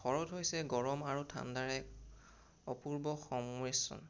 শৰত হৈছে গৰম আৰু ঠাণ্ডাৰ এক অপূৰ্ব সংমিশ্ৰণ